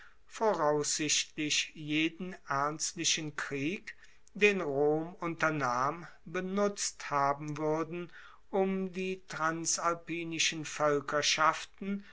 voraussichtlich jeden ernstlichen krieg den rom unternahm benutzt haben wuerden um die transalpinischen